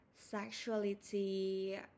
sexuality